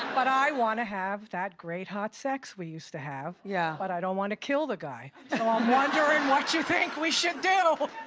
but i wanna have that great hot sex we used to have, yeah but i don't wanna kill the guy. so i'm wondering what you think we should do.